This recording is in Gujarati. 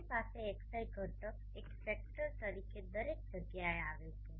તમારી પાસે xi ઘટક એક ફેક્ટર તરીકે દરેક જગ્યાએ આવે છે